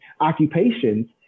occupations